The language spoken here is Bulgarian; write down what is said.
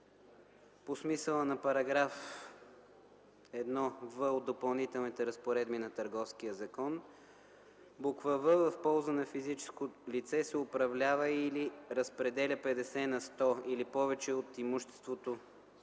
по смисъла на § 1в от Допълнителните разпоредби на Търговския закон; в) в полза на физическо лице се управлява или разпределя 50 на сто или повече от имуществото